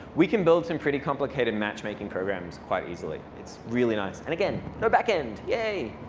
we can build some pretty complicated matchmaking programs quite easily. it's really nice. and again, no backend. yay!